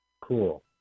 Cool